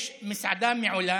יש מסעדה מעולה,